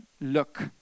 Look